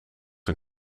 een